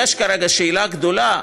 יש כרגע שאלה גדולה.